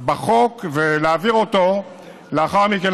בהצעת החוק ולהעביר אותה לאחר מכן,